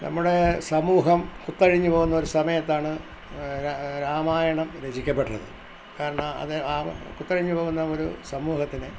നമ്മുടെ സമൂഹം കുത്തഴിഞ്ഞു പോകുന്നൊരു സമയത്താണ് രാമായണം രചിക്കപ്പെട്ടത് കാരണം അത് ആ കുത്തഴിഞ്ഞു പോകുന്ന ഒരു സമൂഹത്തിന്